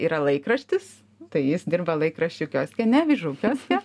yra laikraštis tai jis dirba laikraščių kioske ne avižų kioske